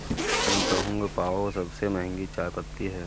Da Hong Pao सबसे महंगी चाय पत्ती है